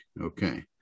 okay